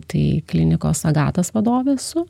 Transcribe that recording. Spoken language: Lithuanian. tai klinikos agatas vadovė esu